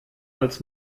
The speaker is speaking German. als